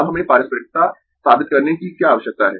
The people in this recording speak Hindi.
अब हमें पारस्परिकता साबित करने की क्या आवश्यकता है